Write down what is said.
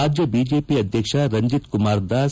ರಾಜ್ಯ ಬಿಜೆಪಿ ಅಧ್ಯಕ್ಷ ರಂಜಿತ್ ಕುಮಾರ್ ದಾಸ್